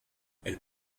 elles